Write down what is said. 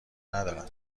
ندارم